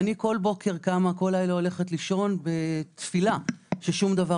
כל לילה אני הולכת לישון בתפילה ששום דבר